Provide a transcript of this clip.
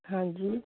ਹਾਂਜੀ